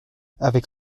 avec